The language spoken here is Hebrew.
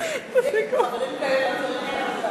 עם חברים כאלה לא צריך,